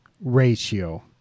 ratio